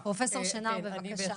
פרופ' שנער, בבקשה.